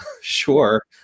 sure